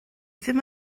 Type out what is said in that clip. ddim